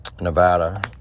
nevada